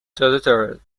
tottered